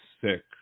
sick